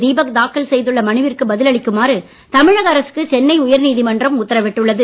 தீபக் தாக்கல் செய்துள்ள மனுவிற்கு பதில் அளிக்குமாறு தமிழக அரசுக்கு சென்னை உயர் நீதிமன்றம் உத்தரவிட்டுள்ளது